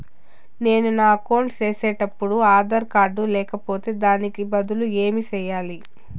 నేను నా అకౌంట్ సేసేటప్పుడు ఆధార్ కార్డు లేకపోతే దానికి బదులు ఏమి సెయ్యాలి?